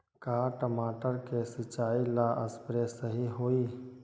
का टमाटर के सिचाई ला सप्रे सही होई?